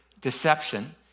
deception